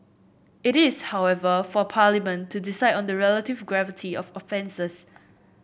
it is however for Parliament to decide on the relative gravity of offences